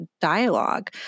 dialogue